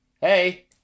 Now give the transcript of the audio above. Hey